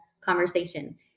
conversation